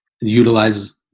utilizes